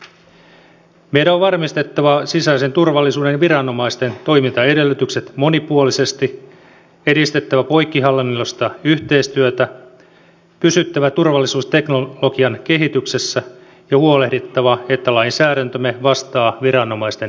meidän on varmistettava sisäisen turvallisuuden viranomaisten toimintaedellytykset monipuolisesti edistettävä poikkihallinnollista yhteistyötä pysyttävä turvallisuusteknologian kehityksessä ja huolehdittava että lainsäädäntömme vastaa viranomaisten toimintatarpeita